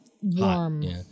warm